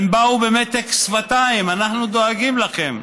הם באו במתק שפתיים: אנחנו דואגים לכם,